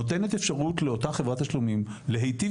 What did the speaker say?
נותנת אפשרות לאותה חברת תשלומים להיטיב